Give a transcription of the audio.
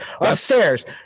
upstairs